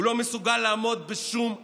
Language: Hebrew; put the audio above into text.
הוא לא מסוגל לעמוד בשום הבטחה.